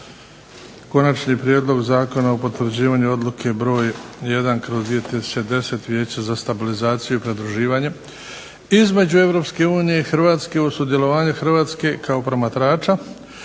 Konačni prijedlog Zakona o potvrđivanju Odluke br. 1/2010. Vijeća za stabilizaciju i pridruživanje EU i Hrvatske o sudjelovanju Hrvatske kao promatrača